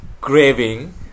craving